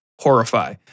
Horrify